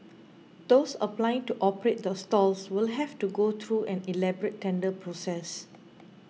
those applying to operate the stalls will have to go through an elaborate tender process